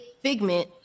figment